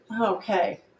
Okay